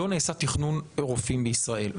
לא נעשה תכנון רופאים בישראל,